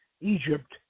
Egypt